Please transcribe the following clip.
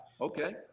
okay